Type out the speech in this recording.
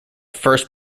first